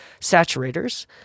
saturators